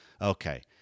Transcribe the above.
okay